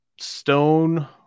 stone